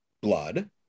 blood